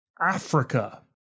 Africa